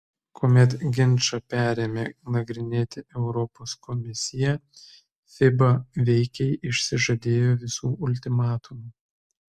kuomet ginčą perėmė nagrinėti europos komisija fiba veikiai išsižadėjo visų ultimatumų